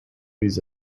his